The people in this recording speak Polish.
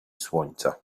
słońca